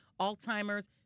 Alzheimer's